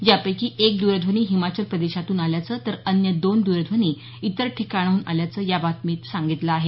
यापैकी एक द्रध्वनी हिमाचल प्रदेशातून आल्याचं तर अन्य दोन द्रध्वनी इतर ठिकाणाहून आल्याच या बातमीत सांगितलं आहे